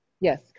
Yes